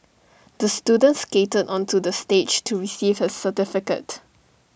the student skated onto the stage to receive his certificate